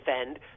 defend